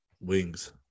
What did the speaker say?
wings